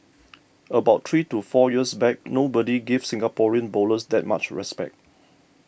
about three to four years back nobody gave Singaporean bowlers that much respect